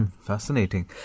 fascinating